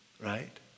right